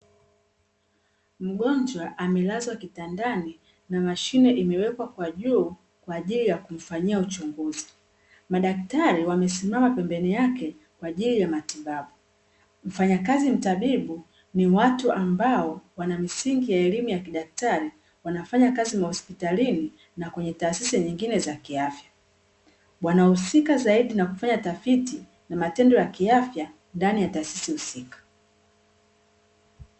Mgonjwa amelazwa kitandani na mashine imewekwa kwa juu kwa ajili ya kumfanyia uchunguzi, madaktari wamesimama pembeni yake kwa ajili ya matibabu. Mfanyakazi mtabibu ni watu ambao wana misingi ya elimu ya kidaktari, wanafanya kazi mahospitalini na kwenye taasisi nyingine za kiafya. Wanahusika zaidi na kufanya tafiti na matendo ya kiafya ndani ya taasisi husika.